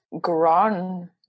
grown